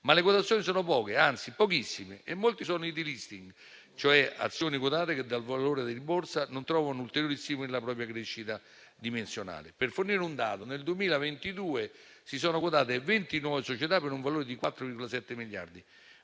Le quotazioni però sono poche, anzi pochissime, e molti sono i *delisting*, cioè azioni quotate che, dal valore di borsa, non trovano ulteriori stimoli alla propria crescita dimensionale. Per fornire un dato, nel 2022 si sono quotate venti nuove società, per un valore di 4,7 miliardi,